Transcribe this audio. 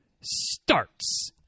Starts